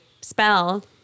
spell